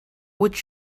would